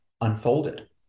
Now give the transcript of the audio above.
unfolded